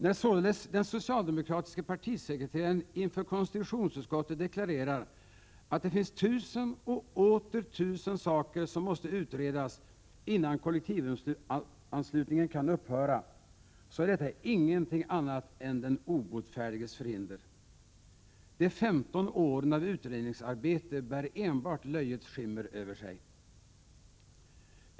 När således den socialdemokratiske partisekreteraren inför konstitutionsutskottet deklarerar att det finns tusen och åter tusen saker som måste utredas innan kollektivanslutningen kan upphöra, är detta ingenting annat än den obotfärdiges förhinder. De 15 åren av utredningsarbete bär enbart löjets skimmer.